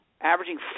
averaging